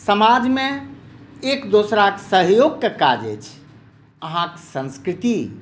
समाजमे एक दोसराकेँ सहयोगकेँ कारण अछि अहाँकेँ संस्कृति